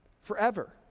forever